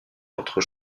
entre